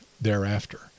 thereafter